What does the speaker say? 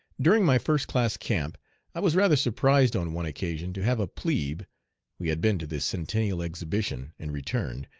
during my first-class camp i was rather surprised on one occasion to have a plebe we had been to the centennial exhibition and returned,